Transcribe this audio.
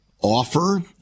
offer